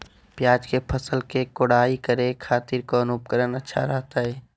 प्याज के फसल के कोढ़ाई करे खातिर कौन उपकरण अच्छा रहतय?